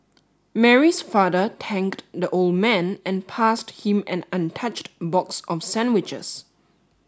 Mary's father thanked the old man and passed him an untouched box of sandwiches